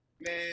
Man